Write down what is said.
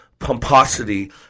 pomposity